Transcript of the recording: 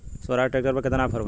Swaraj tractor पर केतना offer बा?